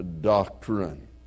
doctrine